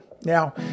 Now